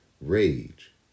rage